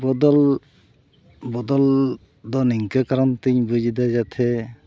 ᱵᱚᱫᱚᱞ ᱵᱚᱫᱚᱞ ᱫᱚ ᱱᱤᱝᱠᱟᱹ ᱠᱟᱨᱚᱱ ᱛᱮᱧ ᱵᱩᱡᱽ ᱮᱫᱟ ᱡᱟᱛᱷᱮ